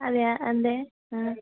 അതെയോ എന്താണ് ആ